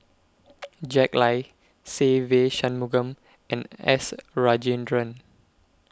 Jack Lai Se Ve Shanmugam and S Rajendran